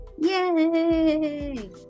yay